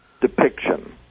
depiction